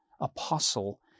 apostle